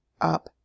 Up